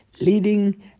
leading